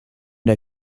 der